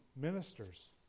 ministers